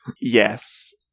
Yes